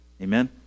Amen